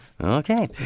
Okay